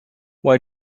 why